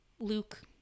luke